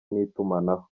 n’itumanaho